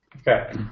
okay